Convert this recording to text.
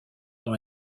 dans